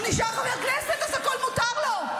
הוא נשאר חבר כנסת, אז הכול מותר לו.